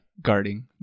guarding